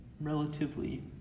relatively